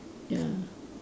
ya